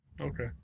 Okay